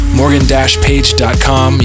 morgan-page.com